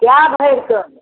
कए भरिके